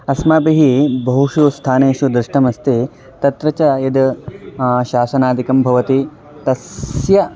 अस्माभिः बहुषु स्थानेषु दृष्टमस्ति तत्र च यत् शासनादिकं भवति तस्य